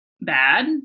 bad